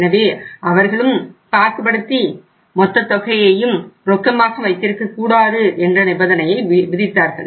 எனவே அவர்களும் பாகுபடுத்தி மொத்த தொகையையும் ரொக்கமாக வைத்திருக்கக் கூடாது என்ற நிபந்தனையை விதித்தார்கள்